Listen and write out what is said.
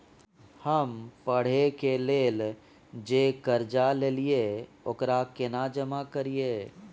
हम पढ़े के लेल जे कर्जा ललिये ओकरा केना जमा करिए?